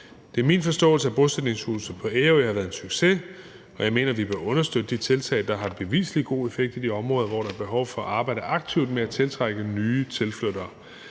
Det er min forståelse, at bosætningshuset på Ærø har været en succes, og jeg mener, at vi bør understøtte de tiltag, der har bevislig god effekt i de områder, hvor der er behov for at arbejde aktivt med at tiltrække nye tilflyttere.